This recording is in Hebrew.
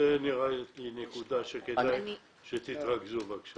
נראה לי שזו נקודה שכדאי שתתרכזו בה.